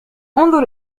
انظر